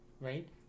right